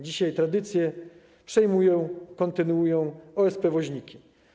Dzisiaj tradycje przejmują, kontynuują OSP Woźniki.